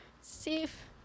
Safe